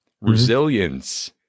resilience